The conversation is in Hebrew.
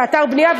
באתר בנייה,